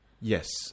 Yes